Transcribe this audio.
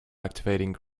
activating